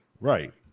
Right